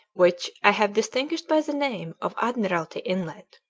which i have distinguished by the name of admiralty inlet,